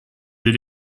dès